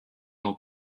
dans